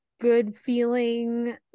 good-feeling